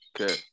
Okay